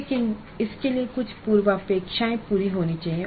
लेकिन इसके लिए कुछ पूर्वापेक्षाएँ पूरी होनी चाहिए